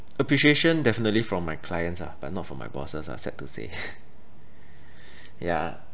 appreciation definitely from my clients ah but not from my bosses ah sad to say yeah